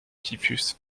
typhus